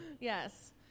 Yes